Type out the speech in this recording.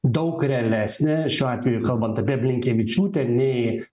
daug realesnė šiuo atveju kalbant apie blinkevičiūtę nei